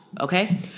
Okay